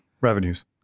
Revenues